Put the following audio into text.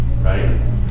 Right